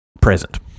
present